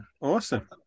awesome